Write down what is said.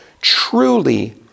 truly